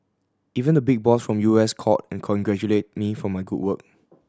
even the big boss from U S called and congratulated me for my good work